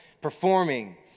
performing